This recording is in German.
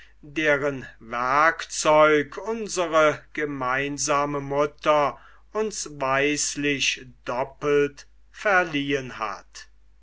deren werkzeug unsre gemeinsame mutter uns weislich doppelt verliehen hat